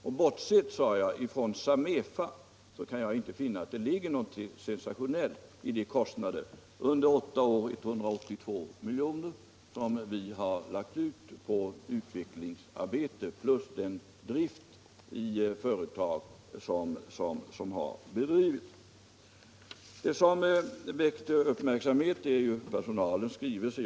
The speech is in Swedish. Och bortsett från AB Samefa, sade jag, kan jag inte finna att det ligger något sensationellt i de kostnader på 182 milj.kr. vi haft under åtta år för utvecklingsarbetet och för driften vid vissa företag. Det som har väckt uppmärksamhet är personalens skrivelse.